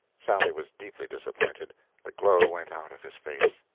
sally was deeply disappointed the glow went out of his face.